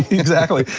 exactly.